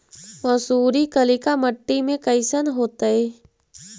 मसुरी कलिका मट्टी में कईसन होतै?